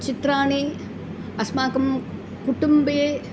चित्राणि अस्माकं कुटुम्बे